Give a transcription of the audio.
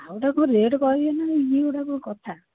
ଆଉ ତାକୁ ରେଟ୍ କହିବେ ନା ଇଏଗୁଡ଼ା କଉ କଥା